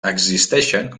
existeixen